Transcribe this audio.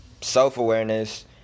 self-awareness